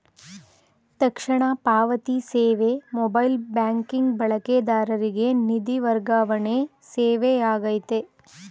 ತಕ್ಷಣ ಪಾವತಿ ಸೇವೆ ಮೊಬೈಲ್ ಬ್ಯಾಂಕಿಂಗ್ ಬಳಕೆದಾರರಿಗೆ ನಿಧಿ ವರ್ಗಾವಣೆ ಸೇವೆಯಾಗೈತೆ